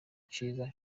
ciza